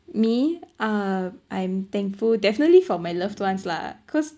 me uh I'm thankful definitely for my loved ones lah cause